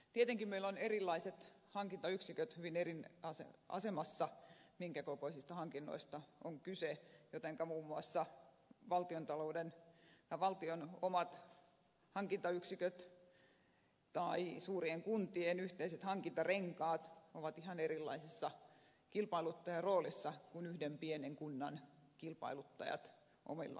tietenkin meillä ovat erilaiset hankintayksiköt hyvin eri asemassa minkä kokoisista hankinnoista on kyse jotenka muun muassa valtiontalouden ja valtion omat hankintayksiköt tai suurien kuntien yhteiset hankintarenkaat ovat ihan erilaisessa kilpailuttajaroolissa kuin yhden pienen kunnan kilpailuttajat omilla sektoreillaan